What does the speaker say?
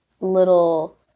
little